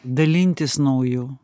dalintis nauju